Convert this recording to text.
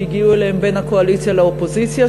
שהגיעו אליהן בין הקואליציה לאופוזיציה,